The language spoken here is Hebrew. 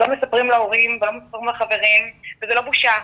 לא מספרים להורים ולא מספרים לחברים וזה לא בושה,